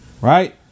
right